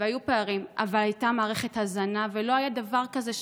אבל הייתה מערכת הזנה, ולא היה דבר כזה שילד,